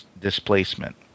displacement